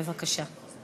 בבקשה.